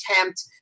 attempt